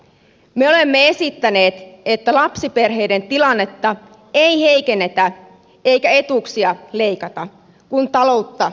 me olemme esittäneet että lapsiperheiden tilannetta ei heikennetä eikä etuuksia leikata kun taloutta tasapainotetaan